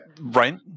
right